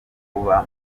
kuba